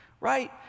right